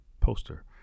poster